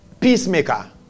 peacemaker